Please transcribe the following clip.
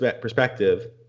perspective